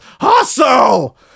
HUSTLE